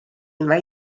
mai